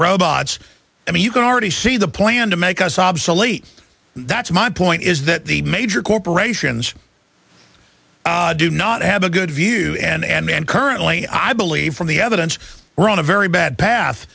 robots i mean you can already see the plan to make us obsolete that's my point is that the major corporations do not have a good view and currently i believe from the evidence we're on a very bad path